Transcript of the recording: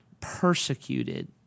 persecuted